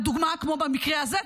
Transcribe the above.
לדוגמה כמו במקרה הזה,